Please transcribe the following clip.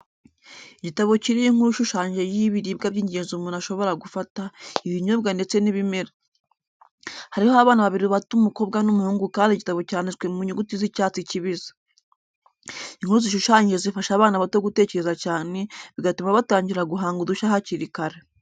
Igitabo kiriho inkuru ishushanyije y'ibiribwa by'ingenzi umuntu ashobora gufata, ibinyobwa ndetse n'ibimera. Hariho abana babiri bato umukobwa n'umuhungu kandi igitabo cyanditswe mu nyuguti z'icyatsi kibisi. Inkuru zishushanyije zifasha abana bato gutekereza cyane, bigatuma batangira guhanga udushya hakiri kare.